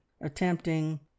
attempting